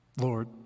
Lord